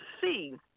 see